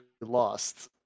lost